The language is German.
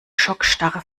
schockstarre